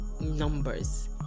numbers